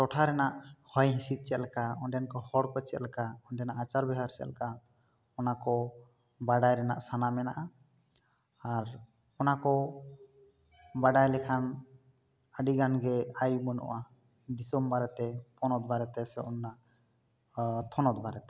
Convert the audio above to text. ᱴᱚᱴᱷᱟ ᱨᱮᱱᱟᱜ ᱦᱚᱭ ᱦᱤᱥᱤᱫ ᱪᱮᱫ ᱞᱮᱠᱟ ᱚᱸᱰᱮᱱ ᱠᱚ ᱦᱚᱲ ᱠᱚ ᱪᱮᱫ ᱞᱮᱠᱟ ᱚᱸᱰᱮᱱᱟᱜ ᱟᱪᱟᱨ ᱵᱮᱣᱦᱟᱨ ᱪᱮᱫ ᱞᱮᱠᱟ ᱚᱱᱟ ᱠᱚ ᱵᱟᱰᱟᱭ ᱨᱮᱱᱟᱜ ᱥᱟᱱᱟ ᱢᱮᱱᱟᱜᱼᱟ ᱟᱨ ᱚᱱᱟ ᱠᱚ ᱵᱟᱰᱟᱭ ᱞᱮᱠᱷᱟᱱ ᱟᱹᱰᱤ ᱜᱟᱱ ᱜᱮ ᱟᱭ ᱵᱟᱹᱱᱩᱜᱼᱟ ᱫᱤᱥᱚᱢ ᱵᱟᱨᱮ ᱛᱮ ᱯᱚᱱᱚᱛ ᱵᱟᱨᱮ ᱛᱮ ᱥᱮ ᱚᱱᱟ ᱛᱷᱚᱱᱚᱛ ᱵᱟᱨᱮ ᱛᱮ